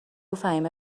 فهیمه